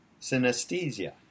synesthesia